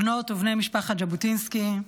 בנות ובני משפחת ז'בוטינסקי,